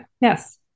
Yes